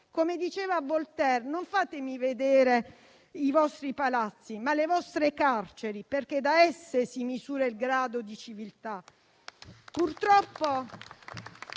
Come diceva Voltaire: «Non fatemi vedere i vostri palazzi, ma le vostre carceri, poiché è da esse che si misura il grado di civiltà».